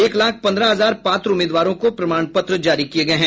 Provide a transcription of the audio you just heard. एक लाख पन्द्रह हजार पात्र उम्मीदवारों को प्रमाण पत्र जारी किए गए हैं